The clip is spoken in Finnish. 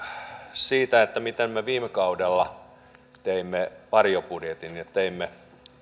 siitä miten me viime kaudella teimme varjobudjetin ja teimme